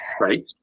right